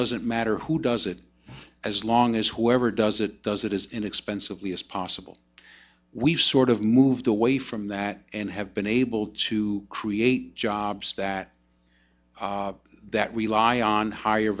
doesn't matter who does it as long as whoever does it does it is inexpensively as possible we've sort of moved away from that and have been able to create jobs that that rely on higher